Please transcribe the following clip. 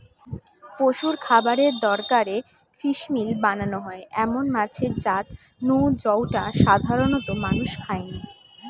পশুর খাবারের দরকারে ফিসমিল বানানা হয় এমন মাছের জাত নু জউটা সাধারণত মানুষ খায়নি